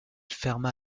ferma